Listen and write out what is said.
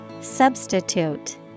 Substitute